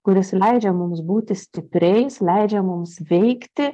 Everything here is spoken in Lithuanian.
kuris leidžia mums būti stipriais leidžia mums veikti